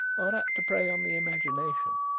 are apt to prey on the imagination.